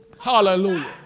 Hallelujah